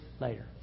later